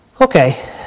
Okay